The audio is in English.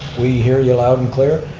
we hear you loud and clear.